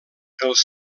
els